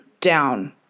down